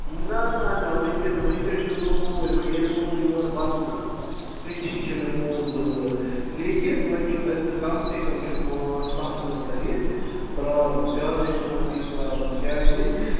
نہ نہ نہ وٕنکٮ۪س نہٕ وٕنکٮ۪س چھُس بہٕ اوٗرۍ ییٚلہِ بہٕ ؤ یورٕ وَسہٕ أتھی چھِ مےٚ پونسہٕ ضروٗرت لیکِن وون چھُو تۄہہِ تہٕ کَم سے کَم چھُو پانژھ سَتھ دۄہ تۄہہِ پیارُن زیادے تہِ مہ پیٚیہِ پیارُن کیازِ